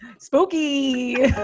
spooky